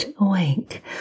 awake